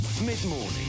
Mid-morning